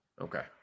Okay